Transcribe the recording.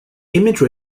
image